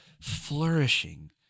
flourishing